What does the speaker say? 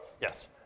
yes